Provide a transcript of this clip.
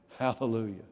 Hallelujah